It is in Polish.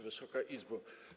Wysoka Izbo!